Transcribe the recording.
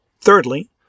Thirdly